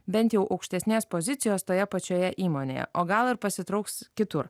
bent jau aukštesnės pozicijos toje pačioje įmonėje o gal ir pasitrauks kitur